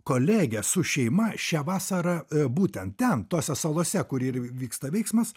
kolegė su šeima šią vasarą būtent ten tose salose kur ir vyksta veiksmas